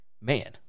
man